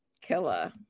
Killer